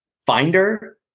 Finder